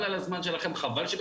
חבל על הזמן שלכם.